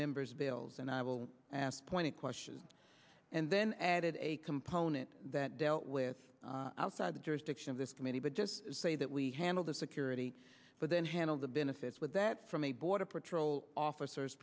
members bills and i will ask pointed questions and then added a component that dealt with outside the jurisdiction of this committee but just say that we handled the security but then handled the benefits with that from a border patrol officers